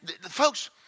folks